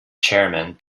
chairman